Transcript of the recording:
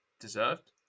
deserved